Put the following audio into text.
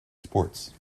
sports